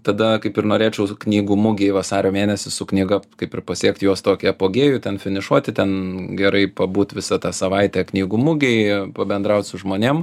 tada kaip ir norėčiau knygų mugėj vasario mėnesį su knyga kaip ir pasiekt jos tokį epogėjų ten finišuoti ten gerai pabūt visą tą savaitę knygų mugėj pabendraut su žmonėm